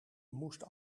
moest